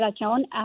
account